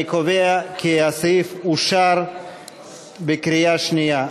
אני קובע כי הסעיף אושר בקריאה שנייה.